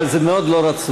אבל זה מאוד לא רצוי.